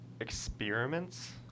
experiments